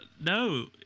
No